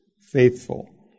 faithful